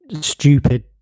stupid